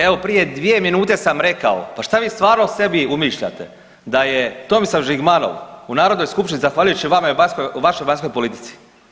Evo prije 2 minute sam rekao, pa šta vi stvarno sebi umišljate da je Tomislav Žigmanov u narodnoj skupštini zahvaljujući vama i vašoj vanjskoj politici?